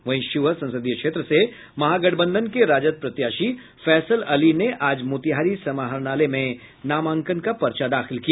वहीं शिवहर संसदीय क्षेत्र से महागठबंधन के राजद प्रत्याशी फैसल अली ने आज मोतिहारी समाहरणालय में नामांकन का पर्चा दाखिल किया